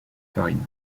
farines